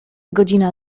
godzina